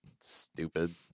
Stupid